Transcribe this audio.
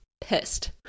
pissed